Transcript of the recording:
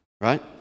right